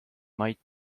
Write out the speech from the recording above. mait